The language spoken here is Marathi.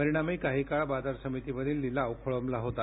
परिणामी काही काळ बाजार समितीमधील लिलाव खोळंबला होता